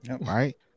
right